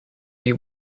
you